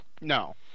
No